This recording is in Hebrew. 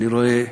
אני רואה,